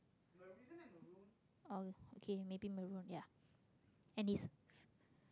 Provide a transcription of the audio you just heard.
oh okay maybe maroon ya